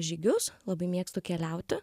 žygius labai mėgstu keliauti